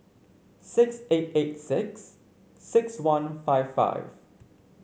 six eight eight six six one five five